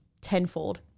tenfold